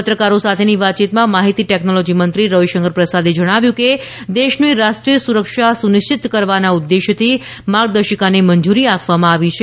પત્રકારો સાથેની વાતચીતમાં માહિતી ટેકનોલોજી મંત્રી રવિશંકર પ્રસાદે જણાવ્યું છે કે દેશની રાષ્રીમેય સુરક્ષા સુનિશ્ચિત કરવાના ઉદેશ્યથી માર્ગદર્શિકાને મંજૂરી આપાવામાં આવી છે